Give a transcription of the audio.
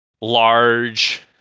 large